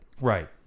Right